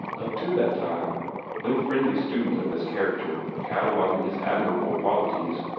up to that time no friendly student of his character, cataloguing his admirable qualities,